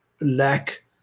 lack